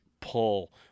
pull